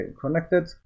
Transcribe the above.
connected